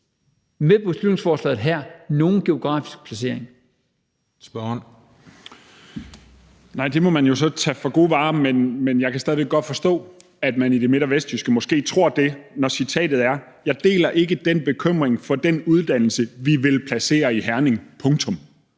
(Christian Juhl): Spørgeren. Kl. 19:05 Jens Joel (S): Nej, det må man jo så tage for gode varer, men jeg kan stadig væk godt forstå, at man måske i det midt- og vestjyske tror det, når citatet er: »Jeg deler ikke den bekymring for den uddannelse, vi vil placere i Herning« – punktum.